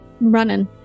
running